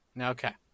Okay